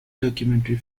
documentary